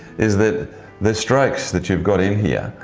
is that the strokes that you've got in here,